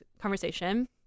conversation